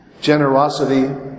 generosity